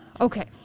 Okay